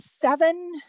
seven